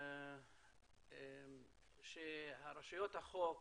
היא שרשויות החוק